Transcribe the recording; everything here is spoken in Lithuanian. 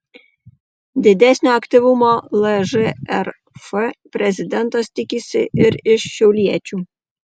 didesnio aktyvumo lžrf prezidentas tikisi ir iš šiauliečių